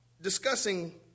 discussing